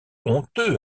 honteux